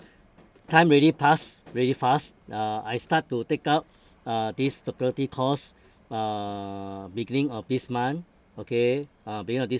time really pass very fast uh I start to take up uh this security course uh beginning of this month okay uh beginning of